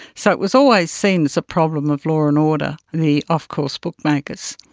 so it was always seen as a problem of law and order, the off-course bookmakers.